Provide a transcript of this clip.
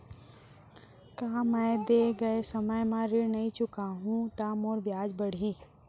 का मैं दे गए समय म ऋण नई चुकाहूँ त मोर ब्याज बाड़ही?